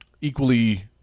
equally